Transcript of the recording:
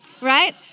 right